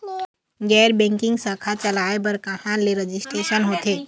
गैर बैंकिंग शाखा चलाए बर कहां ले रजिस्ट्रेशन होथे?